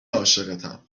عاشقتم